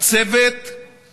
היועץ המשפטי לממשלה,